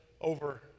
over